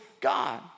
God